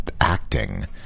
acting